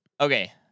Okay